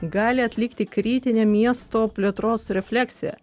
gali atlikti kritinę miesto plėtros refleksiją